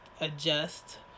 adjust